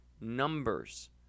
numbers